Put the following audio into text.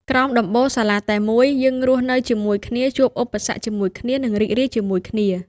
ក្រោមដំបូលសាលាតែមួយ យើងរស់នៅជាមួយគ្នា ជួបឧបសគ្គជាមួយគ្នា និងរីករាយជាមួយគ្នា។